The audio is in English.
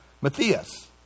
Matthias